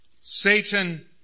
Satan